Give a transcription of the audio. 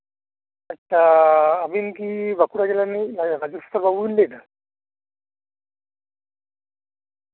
ᱟᱪᱪᱷᱟ ᱟᱵᱤᱱ ᱠᱤ ᱵᱟᱸᱠᱩᱲᱟ ᱡᱮᱞᱟ ᱨᱤᱱᱤᱡ ᱢᱟᱡᱷᱮ ᱥᱟᱡᱮᱥᱛᱷᱟ ᱵᱟᱵᱩ ᱵᱤᱱ ᱞᱟᱹᱭᱮᱫᱟ